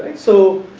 so,